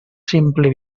simply